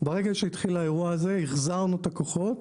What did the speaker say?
ברגע שהתחיל האירוע הזה החזרנו את הכוחות